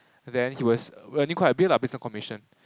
then he was earning quite a bit ah based on commission